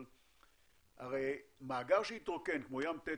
אבל מאגר שהתרוקן כמו ים תטיס,